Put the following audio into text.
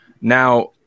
Now